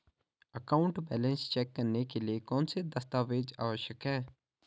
Account balance check करने के लिए कौनसे दस्तावेज़ आवश्यक हैं?